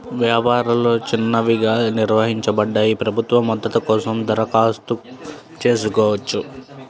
వ్యాపారాలు చిన్నవిగా నిర్వచించబడ్డాయి, ప్రభుత్వ మద్దతు కోసం దరఖాస్తు చేసుకోవచ్చు